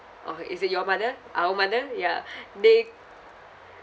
orh is it your mother our mother ya they